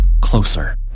closer